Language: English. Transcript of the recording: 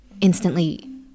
instantly